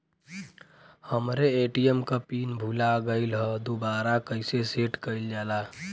हमरे ए.टी.एम क पिन भूला गईलह दुबारा कईसे सेट कइलजाला?